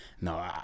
no